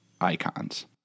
icons